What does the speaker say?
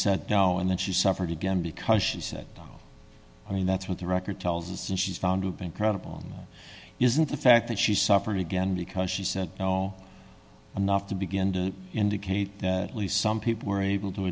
said no and then she suffered again because she said i mean that's what the record tells us and she's found to be incredible isn't the fact that she's suffering again because she said no i'm not to begin to indicate that at least some people were able to